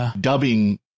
dubbing